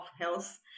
Health